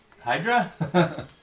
Hydra